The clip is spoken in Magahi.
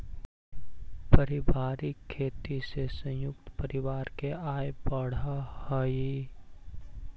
पारिवारिक खेती से संयुक्त परिवार के आय बढ़ऽ हई